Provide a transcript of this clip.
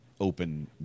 open